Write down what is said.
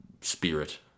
spirit